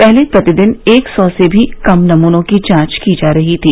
पहले प्रतिदिन एक सौ से भी कम नमूनों की जांच की जा रही थी